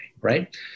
right